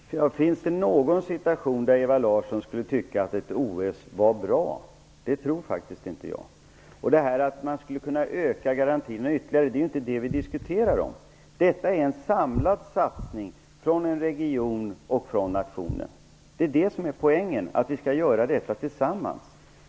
Herr talman! Finns det någon situation då Ewa Larsson skulle tycka att ett OS var bra? Det tror faktiskt inte jag. Ewa Larsson sade att man skulle kunna öka garantierna ytterligare. Men det är ju inte det vi diskuterar! Detta är en samlad satsning från en region och från nationen. Det är det som är poängen. Vi skall göra detta tillsammans.